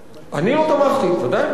לא תמכת, אבל פה כן תמכו.